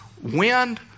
wind